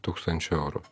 tūkstančio eurų